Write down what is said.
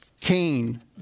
Cain